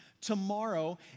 tomorrow